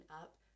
up